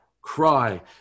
cry